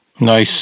nice